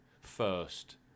first